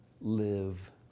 live